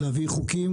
להביא חוקים,